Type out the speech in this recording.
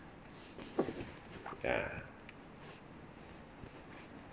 ya